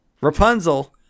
Rapunzel